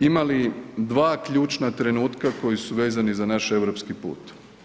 imali dva ključna trenutka koji su vezani za naš europski put.